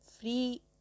free